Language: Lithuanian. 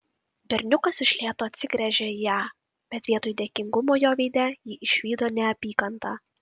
berniukas iš lėto atsigręžė į ją bet vietoj dėkingumo jo veide ji išvydo neapykantą